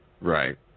Right